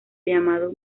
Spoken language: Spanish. llamado